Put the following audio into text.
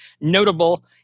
notable